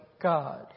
God